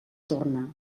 torna